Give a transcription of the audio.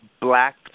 black